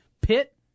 Pitt